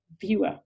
viewer